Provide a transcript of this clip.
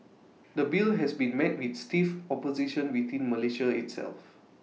the bill has been met with stiff opposition within Malaysia itself